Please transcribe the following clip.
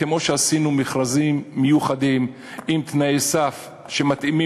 כמו שעשינו מכרזים מיוחדים עם תנאי סף שמתאימים